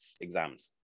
exams